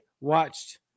watched